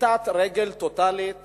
פשיטת רגל טוטלית